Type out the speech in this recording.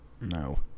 no